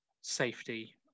safety